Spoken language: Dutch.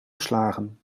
slagen